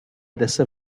dessa